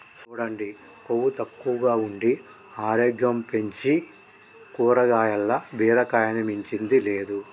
సూడండి కొవ్వు తక్కువగా ఉండి ఆరోగ్యం పెంచీ కాయగూరల్ల బీరకాయని మించింది లేదు